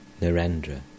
Narendra